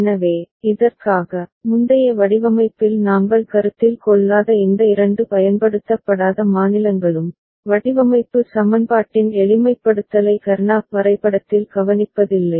எனவே இதற்காக முந்தைய வடிவமைப்பில் நாங்கள் கருத்தில் கொள்ளாத இந்த இரண்டு பயன்படுத்தப்படாத மாநிலங்களும் வடிவமைப்பு சமன்பாட்டின் எளிமைப்படுத்தலை கர்னாக் வரைபடத்தில் கவனிப்பதில்லை